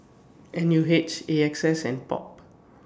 N U H A X S and POP